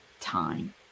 time